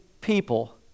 people